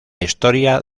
historia